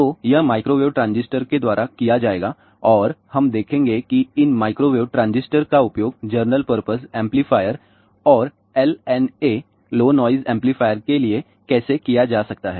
तो यह microwave transistor के द्वारा किया जाएगा और हम देखेंगे कि इन माइक्रोवेव ट्रांजिस्टर का उपयोग जरनल पर्पस एम्पलीफायर और LNAlow noise amplifiers low noise amplifier के लिए कैसे किया जा सकता है